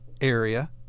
area